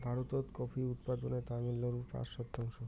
ভারতত কফি উৎপাদনে তামিলনাড়ু পাঁচ শতাংশ